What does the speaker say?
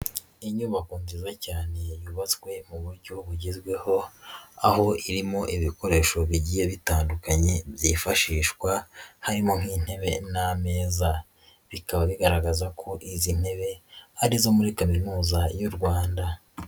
Inyubako nziza cyane yubatswe mu buryo bugezweho, aho irimo ibikoresho bigiye bitandukanye byifashishwa harimo nk'intebe n'ameza, bikaba bigaragaza ko izi ntebe arizo muri Kaminuza y'u Rwanda.